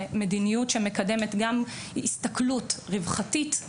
ובמדיניות שמקדמת הסתכלות רווחתית,